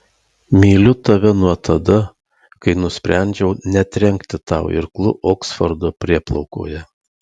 myliu tave nuo tada kai nusprendžiau netrenkti tau irklu oksfordo prieplaukoje